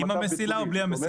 עם המסילה או בלי המסילה?